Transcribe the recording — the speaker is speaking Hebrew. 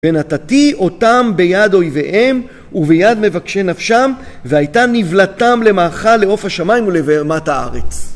ונתתי אותם ביד אויביהם, וביד מבקשי נפשם, והייתה נבלתם למאכל לעוף השמיים ולבהמת הארץ.